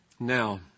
Now